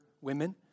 women